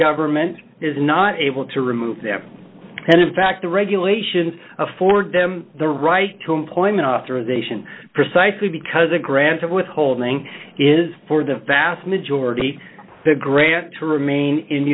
government is not able to remove them and in fact the regulations afford them the right to employment authorization precisely because a grant of withholding is for the vast majority of the grant to remain in the